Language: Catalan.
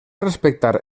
respectar